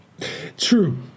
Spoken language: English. True